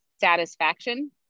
satisfaction